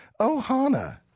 Ohana